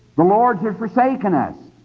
the lord has forsaken us.